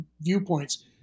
viewpoints